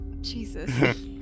Jesus